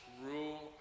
rule